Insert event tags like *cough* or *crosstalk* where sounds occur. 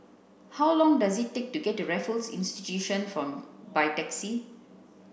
how long does it take to get to Raffles Institution *unintelligible* by taxi